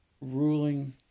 ruling